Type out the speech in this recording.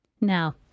Now